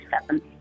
seven